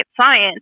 science